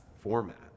format